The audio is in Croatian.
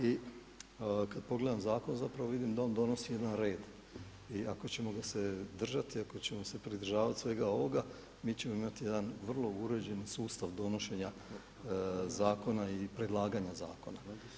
I kada pogledam zakon vidim da on donosi jedan red i ako ćemo ga se držati i ako ćemo se pridržavati svega ovoga, mi ćemo imati jedan vrlo uređen sustav donošenja zakona i predlaganja zakona.